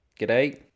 G'day